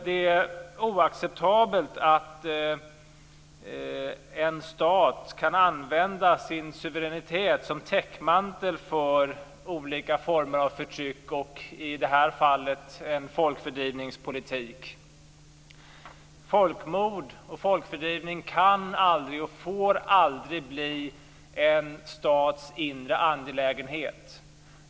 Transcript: Det är oacceptabelt att en stat kan använda sin suveränitet som täckmantel för olika former av förtryck och, i detta fall, folkfördrivningspolitik. Folkmord och folkfördrivning kan aldrig, och får aldrig, bli en stats inre angelägenhet.